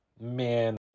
man